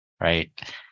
right